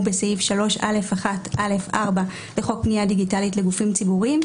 בסעיף 3ג(א)(1)(א)(4) לחוק פנייה דיגיטלית לגופים ציבוריים,